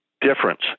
difference